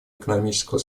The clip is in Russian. экономического